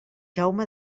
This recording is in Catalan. jaume